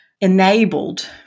enabled